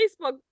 Facebook